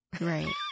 Right